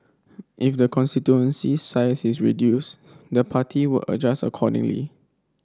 if the constituency's size is reduced the party would adjust accordingly